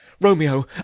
romeo